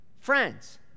Friends